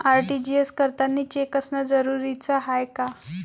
RTGS करतांनी cheque असनं जरुरीच हाय का?